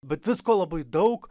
bet visko labai daug